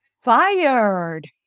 fired